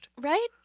Right